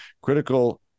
critical